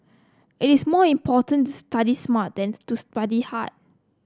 it is more important to study smart than to study hard